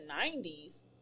90s